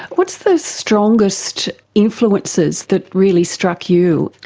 what's the strongest influences that really struck you?